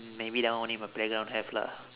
maybe that one only my playground have lah